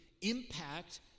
impact